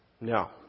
No